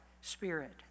spirit